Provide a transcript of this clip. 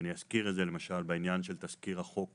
ואני אזכיר את זה למשל בעניין של תזכיר חוק